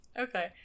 Okay